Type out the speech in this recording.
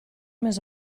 més